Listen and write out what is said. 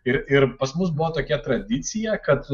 ir ir pas mus buvo tokia tradicija kad